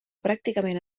pràcticament